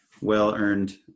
well-earned